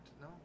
No